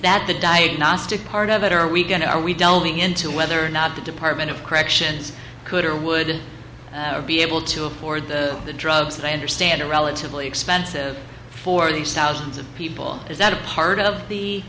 that the diagnostic part of it are we going to are we delve into whether or not the department of corrections could or would ever be able to afford the drugs they understand are relatively expensive for the sounds of people is that a part of the